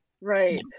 Right